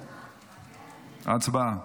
הצבעה.